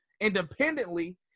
independently